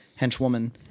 henchwoman